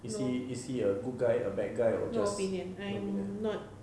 is he is he a good guy a bad guy or just no opinion ah